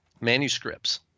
manuscripts